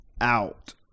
out